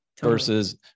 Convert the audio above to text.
Versus